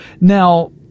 Now